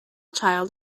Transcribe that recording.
child